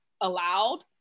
allowed